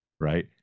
Right